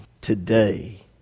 today